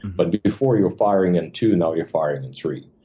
but but before you're firing in two. now you're firing in three.